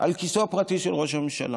על כיסו הפרטי של ראש הממשלה.